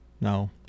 No